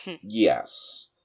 Yes